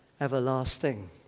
everlasting